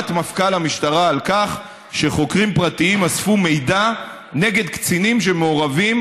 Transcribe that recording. אמירת מפכ"ל המשטרה על כך שחוקרים פרטיים אספו מידע נגד קצינים שמעורבים